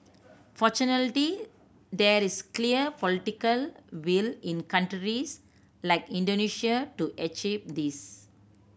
fortunately there is clear political will in countries like Indonesia to achieve this